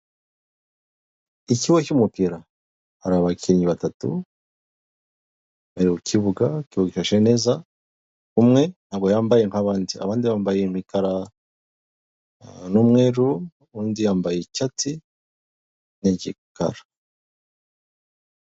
Ikigo cy'umukara hari abakinnyi batatu bari mu kibuga, bifashe neza umwe ntabwo yambaye nk'abandi, abandi bambaye imikara n'umweru, abundi bambaye icyasti n'igikara.